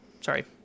Sorry